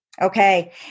Okay